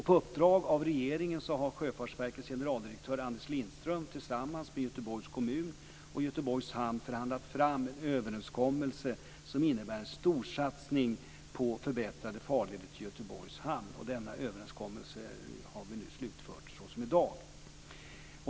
På uppdrag av regeringen har Sjöfartsverkets generaldirektör Anders Lindström tillsammans med Göteborgs kommun och Göteborgs hamn förhandlat fram en överenskommelse som innebär en storsatsning på förbättrade farleder till Göteborgs hamn. Denna överenskommelse har slutförts i dag.